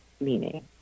meaning